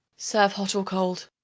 serve hot or cold.